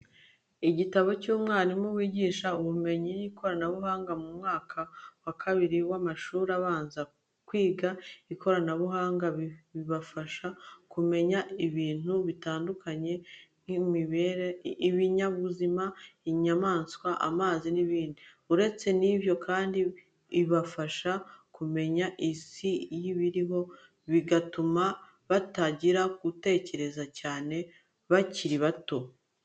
Igitabo cy'umwarimu wigisha ubumenyi n'ikoranabuhanga mu mwaka wa kabiri w'amashuri abanza. Kwiga ikoranabuhanga bizabafasha kumenya ibintu bitandukanye nk'ibimera, ibinyabuzima, inyamaswa, amazi n'ibindi. Uretse n'ibyo kandi, ibafaha kumenya isi n'ibiyiriho bigatuma batangira gutekereza cyane bakiri bato.